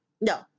No